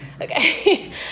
Okay